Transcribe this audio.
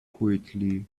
quietly